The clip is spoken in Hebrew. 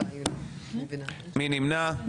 מי נמנע?